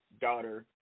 daughter